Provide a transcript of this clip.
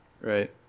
Right